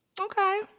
Okay